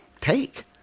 take